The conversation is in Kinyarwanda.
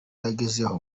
yagezeho